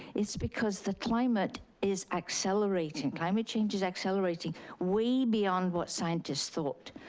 it's because the climate is accelerating. climate change is accelerating. way beyond what scientists thought.